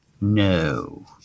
No